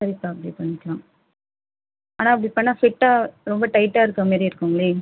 சரி சார் அப்படியே பண்ணிக்கலாம் ஆனால் அப்படி பண்ணா ஃபிட்டாக ரொம்ப டைட்டாக இருக்கிற மாரியே இருக்குங்களே